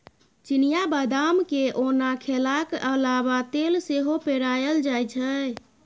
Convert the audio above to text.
चिनियाँ बदाम केँ ओना खेलाक अलाबा तेल सेहो पेराएल जाइ छै